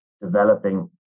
developing